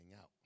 out